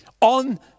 on